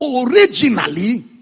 Originally